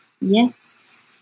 yes